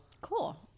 Cool